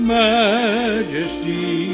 majesty